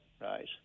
right